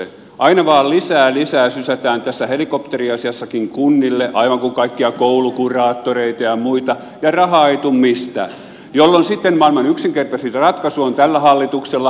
aina vain lisää lisää sysätään tässä helikopteriasiassakin kunnille aivan kuten kaikkia koulukuraattoreita ja muita ja rahaa ei tule mistään jolloin sitten maailman yksinkertaisin ratkaisu on tällä hallituksella